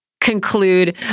conclude